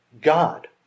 God